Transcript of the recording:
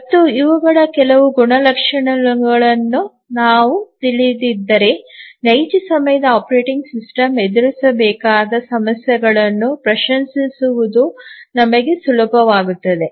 ಮತ್ತು ಇವುಗಳ ಕೆಲವು ಗುಣಲಕ್ಷಣಗಳನ್ನು ನಾವು ತಿಳಿದಿದ್ದರೆ ನೈಜ ಸಮಯದ ಆಪರೇಟಿಂಗ್ ಸಿಸ್ಟಮ್ ಎದುರಿಸಬೇಕಾದ ಸಮಸ್ಯೆಗಳನ್ನು ಪ್ರಶಂಸಿಸುವುದು ನಮಗೆ ಸುಲಭವಾಗುತ್ತದೆ